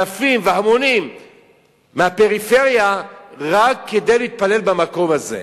אלפים והמונים מהפריפריה רק כדי להתפלל במקום הזה,